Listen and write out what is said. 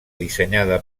dissenyada